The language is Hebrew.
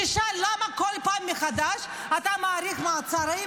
תשאל למה בכל פעם מחדש אתה מאריך מעצרים